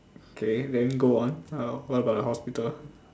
okay then go on what about the hospital